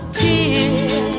tear